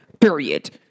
Period